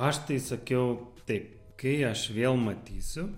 aš tai sakiau taip kai aš vėl matysiu